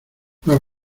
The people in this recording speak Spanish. más